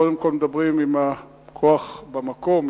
קודם כול מדברים עם הכוח במקום,